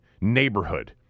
neighborhood